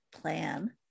plan